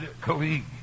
colleague